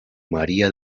maría